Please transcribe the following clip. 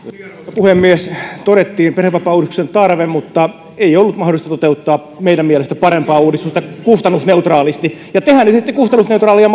puhemies todettiin perhevapaauudistuksen tarve mutta ei ollut mahdollista toteuttaa meidän mielestämme parempaa uudistusta kustannusneutraalisti ja tehän esititte kustannusneutraalia